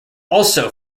also